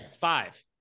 Five